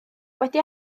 wedi